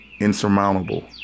insurmountable